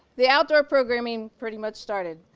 the outdoor programming pretty much started.